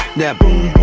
that boom